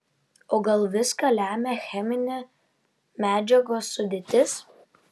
o gal viską lemia cheminė medžiagos sudėtis